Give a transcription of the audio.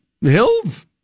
hills